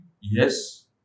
Yes